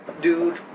dude